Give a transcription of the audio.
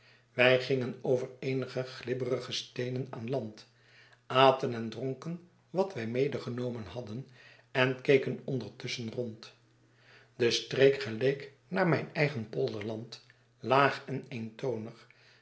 wij gingen over eenige glibberige steenen aan land aten en dronken wat wij medegenomen hadden en keken ondertusschen rond de streek geleek naar mijn eigen polderland laag en